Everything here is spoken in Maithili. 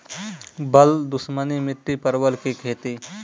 बल दुश्मनी मिट्टी परवल की खेती?